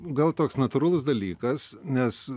gal toks natūralus dalykas nes